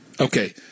okay